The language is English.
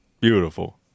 Beautiful